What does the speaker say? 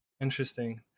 Interesting